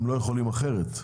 הם לא יכולים אחרת.